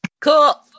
Cool